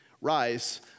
Rise